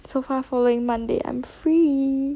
so far following monday I'm free